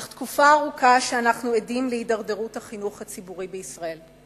אך תקופה ארוכה אנחנו עדים להידרדרות החינוך הציבורי בישראל.